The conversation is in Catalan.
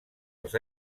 els